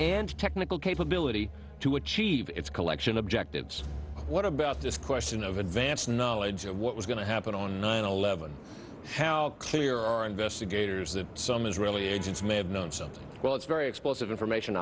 and technical capability to achieve its collection objectives what about this question of advance knowledge of what was going to happen on nine eleven how clear are investigators that some israeli agents may have known something well it's very explosive information